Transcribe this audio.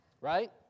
Right